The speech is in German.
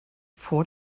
vor